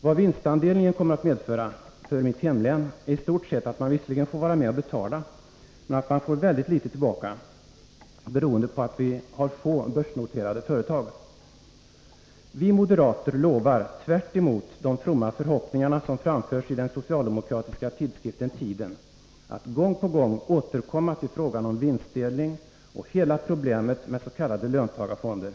Vad vinstdelningen kommer att medföra för mitt hemlän är i stort sett att vi där visserligen får vara med och betala, men vi får väldigt litet tillbaka, beroende på att vi har få börsnoterade företag. Vi moderater lovar, tvärtemot de fromma förhoppningar som framförs i den socialdemokratiska tidskriften Tiden, att gång på gång återkomma till frågan om vinstdelning och till hela problemet med s.k. löntagarfonder.